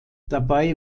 dabei